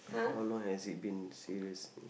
how long has it been serious